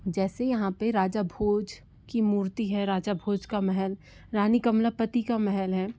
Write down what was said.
जैसे यहाँ पर राजा भोज की मूर्ति है राजा भोज का महल रानी कमलापति का महल है